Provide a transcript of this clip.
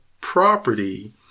property